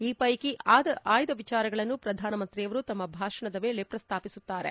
ಈ ಪೈಕಿ ಆಯ್ದ ವಿಚಾರಗಳನ್ನು ಪ್ರಧಾನಮಂತ್ರಿಯವರು ತಮ್ಮ ಭಾಷಣದ ವೇಳೆ ಪ್ರಸ್ತಾಪಿಸುತ್ತಾರೆ